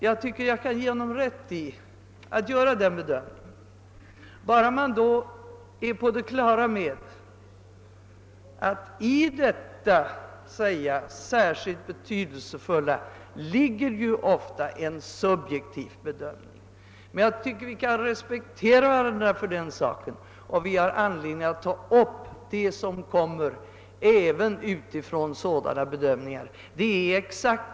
Jag kan ge honom rätt i den bedömningen — men bara om man då är på det klara med att i detta uttryck »särskilt betydelsefulla» ofta ligger en subjektiv bedömning. Jag tycker emellertid att vi kan respektera varandra på den punkten. Vi har anledning att ta upp även frågor som bottnar i dylika bedömningar.